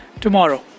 tomorrow